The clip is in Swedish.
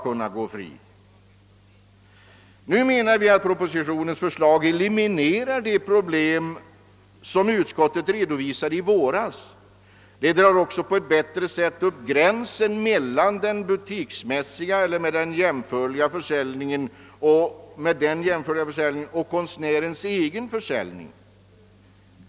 Vi anser att propositionens förslag eliminerar det problem som utskottet redovisade i våras. Det drar också på ett bättre sätt upp gränsen mellan å ena sidan den butiksmässiga och därmed jämförliga försäljningen och å andra sidan konstnärens egen försäljning.